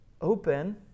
open